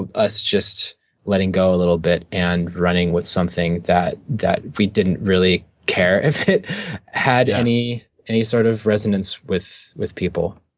us just letting go a little bit and running with something that that we didn't really care if it had any any sort of resonance with with people.